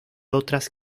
otras